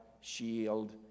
shield